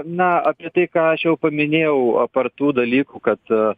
na apie tai ką aš jau paminėjau apart tų dalykų kad